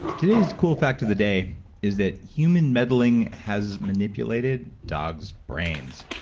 today's cool fact of the day is that human meddling has manipulated dogs' brains.